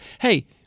Hey